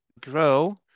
grow